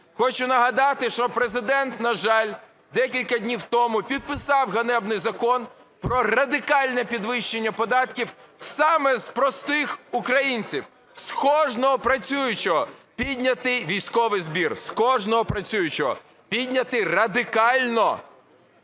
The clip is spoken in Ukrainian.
Хочу нагадати, що Президент, на жаль, декілька днів тому підписав ганебний закон про радикальне підвищення податків саме з простих українців, з кожного працюючого піднятий військовий збір, з кожного працюючого піднятий радикально.